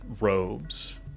robes